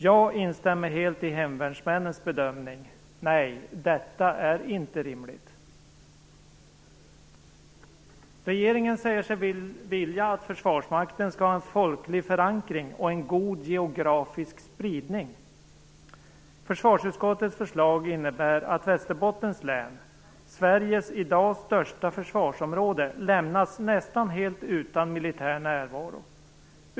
Jag instämmer helt i hemvärnsmännens bedömning: Nej, detta är inte rimligt! Regeringen säger sig vilja att Försvarsmakten skall ha en folklig förankring och en god geografisk spridning. Försvarsutskottets förslag innebär att Västerbottens län, Sveriges i dag största försvarsområde, lämnas nästan helt utan militär närvaro.